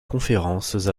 conférences